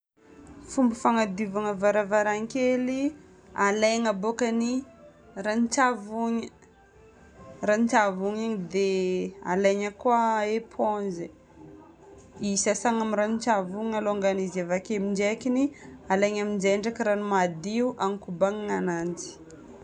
Fomba fagnadiovagna varavarankely: alaigna bôka ny ranon-tsavony. Ranon-tsavony igny dia alaigna koa ny éponge. Isasana amin'ny ranon-tsavony alongany izy. Avake aminjaikiny alaigna aminjay ndraiky rano madio hanakobagnana ananjy.